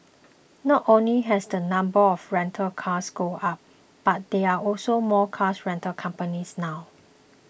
not only has the number of rental cars gone up but there are also more cars rental companies now